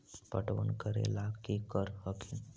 पटबन करे ला की कर हखिन?